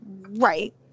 Right